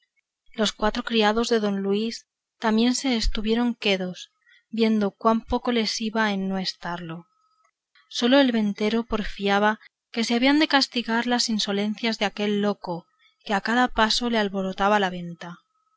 los cuatro criados de don luis también se estuvieron quedos viendo cuán poco les iba en no estarlo sólo el ventero porfiaba que se habían de castigar las insolencias de aquel loco que a cada paso le alborotaba la venta